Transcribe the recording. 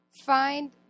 find